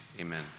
Amen